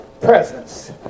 presence